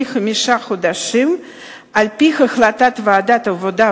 חמישה חודשים על-פי החלטת ועדת העבודה,